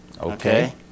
Okay